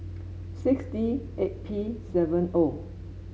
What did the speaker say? six D eight P seven O